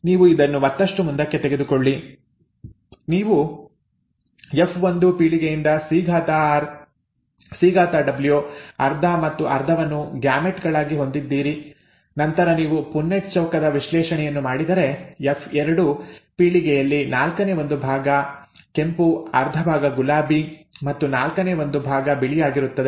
ನೀವು ಇದನ್ನು ಮತ್ತಷ್ಟು ಮುಂದಕ್ಕೆ ತೆಗೆದುಕೊಳ್ಳಿ ನೀವು ಎಫ್1 ಪೀಳಿಗೆಯಿಂದ CR CW ಅರ್ಧ ಮತ್ತು ಅರ್ಧವನ್ನು ಗ್ಯಾಮೆಟ್ ಗಳಾಗಿ ಹೊಂದಿದ್ದೀರಿ ನಂತರ ನೀವು ಪುನ್ನೆಟ್ ಚೌಕದ ವಿಶ್ಲೇಷಣೆಯನ್ನು ಮಾಡಿದರೆ ಎಫ್2 ಪೀಳಿಗೆಯಲ್ಲಿ ನಾಲ್ಕನೇ ಒಂದು ಭಾಗ ಕೆಂಪು ಅರ್ಧ ಭಾಗ ಗುಲಾಬಿ ಮತ್ತು ನಾಲ್ಕನೇ ಒಂದು ಭಾಗ ಬಿಳಿಯಾಗಿರುತ್ತದೆ